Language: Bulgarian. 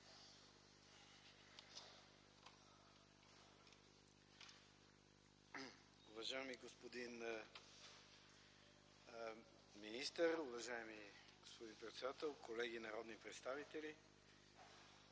Уважаеми господин министър, уважаеми господин председател, колеги народни представители!